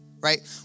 right